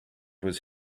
was